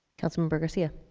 councilman but garcia.